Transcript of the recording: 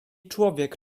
człowiek